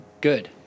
good